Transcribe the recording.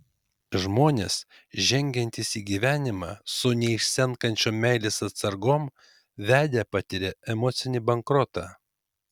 žmonės žengiantys į gyvenimą su neišsenkančiom meilės atsargom vedę patiria emocinį bankrotą